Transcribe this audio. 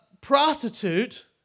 prostitute